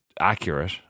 accurate